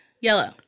Yellow